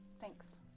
Thanks